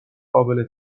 قابل